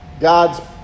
God's